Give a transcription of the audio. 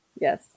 Yes